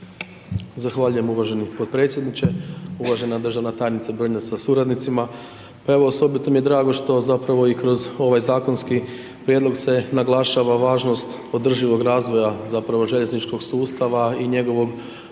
Zahvaljujem uvaženi potpredsjedniče. Uvažena državna tajnice .../nerazumljivo/... sa suradnicima. Pa evo, osobito mi je drago što zapravo i kroz ovaj zakonski prijedlog se naglašava važnost održivog razvoja zapravo željezničkog sustava i njegovog,